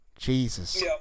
Jesus